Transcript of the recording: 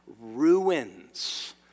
ruins